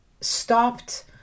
stopped